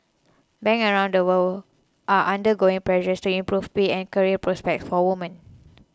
banks around the world are under growing pressure to improve pay and career prospects for women